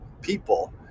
people